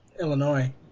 Illinois